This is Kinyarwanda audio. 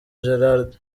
gerald